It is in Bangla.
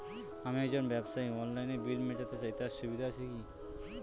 আমি একজন ব্যবসায়ী অনলাইনে বিল মিটাতে চাই তার সুবিধা আছে কি?